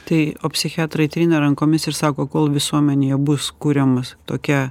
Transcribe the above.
tai o psichiatrai trina rankomis ir sako kol visuomenėje bus kuriamas tokia